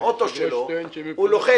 האוטו שלו הוא לוחץ.